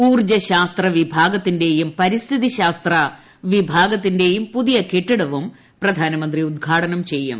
ഊർജ്ജ ശാസ്ത്ര വിഭാഗത്തിന്റേയും പരിസ്ഥിതി ശാസ്ത്ര വിഭാഗത്തിന്റേയും പുതിയ കെട്ടിടവും പ്രധാനമന്ത്രി ഉദ്ഘാടനം ചെയ്യും